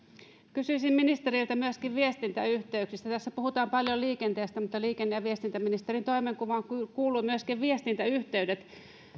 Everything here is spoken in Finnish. kysyisin ministeriltä myöskin viestintäyhteyksistä tässä puhutaan paljon liikenteestä mutta liikenne ja viestintäministerin toimenkuvaan kuuluvat myöskin viestintäyhteydet